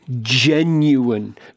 genuine